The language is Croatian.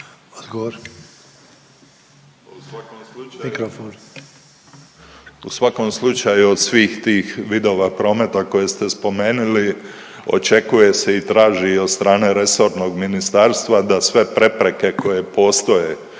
U svakom slučaju od svih tih vidova prometa koje ste spomenuli očekuje se i traži od strane resornog ministarstva da sve prepreke koje postoje